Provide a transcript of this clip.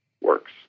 works